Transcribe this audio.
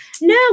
no